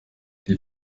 die